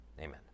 amen